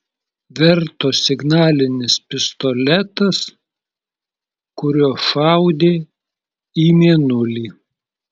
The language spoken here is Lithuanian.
verto signalinis pistoletas kuriuo šaudė į mėnulį